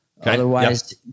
Otherwise